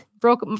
Broke